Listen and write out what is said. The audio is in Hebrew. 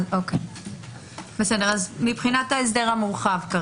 אז מבחינת ההסדר המורחב,